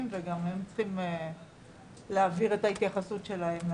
וגם הם צריכים להעביר את ההתייחסות שלהם לנושא.